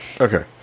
Okay